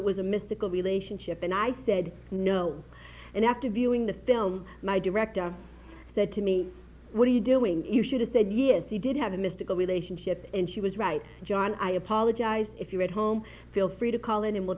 it was a mystical relationship and i said no and after viewing the film my director said to me what are you doing you should have said yes he did have a mystical relationship and she was right john i apologize if you're at home feel free to call in and we'll